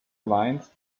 lines